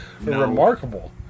remarkable